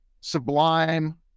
sublime